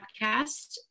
podcast